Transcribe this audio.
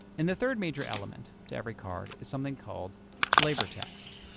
and the third major element to every card is something called flavor text,